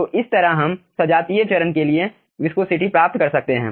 तो इस तरह हम सजातीय चरण के लिए विस्कोसिटी प्राप्त कर सकते हैं